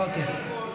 אוקיי.